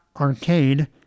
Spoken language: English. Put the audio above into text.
arcade